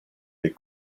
dei